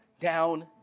down